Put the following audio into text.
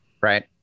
Right